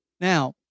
Now